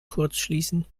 kurzschließen